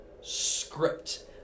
script